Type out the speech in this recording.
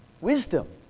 wisdom